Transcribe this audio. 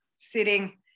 sitting